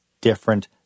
different